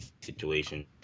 situation